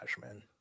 man